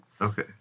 Okay